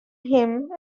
hymn